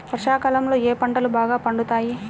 వర్షాకాలంలో ఏ పంటలు బాగా పండుతాయి?